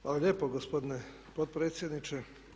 Hvala lijepo gospodine potpredsjedniče.